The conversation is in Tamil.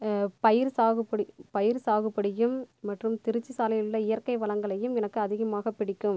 பயிர் சாகுபடி பயிர் சாகுபடியும் மற்றும் திருச்சி சாலையில் உள்ள இயற்கை வளங்களையும் எனக்கு அதிகமாக பிடிக்கும்